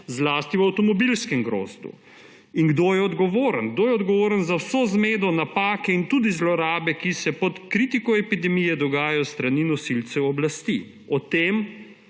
zlasti v avtomobilskem grozdu. In kdo je odgovoren. Kdo je odgovoren za vso zmedo, napake in tudi zlorabe, ki se pod kritiko epidemije dogajajo s strani nosilcev oblasti? O tem,